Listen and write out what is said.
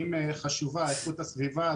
אם חשובה איכות הסביבה,